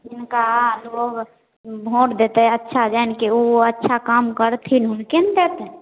हिनका लोक भोट देतै अच्छा जानिके ओ अच्छा काम करथिन हुनके ने देतै